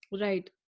Right